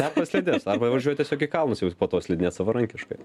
tepa slides arba važiuoja tiesiog į kalnus jau po to slidinėt savarankiškai